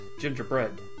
Gingerbread